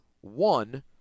One